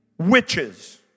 witches